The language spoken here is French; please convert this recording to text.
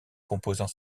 composant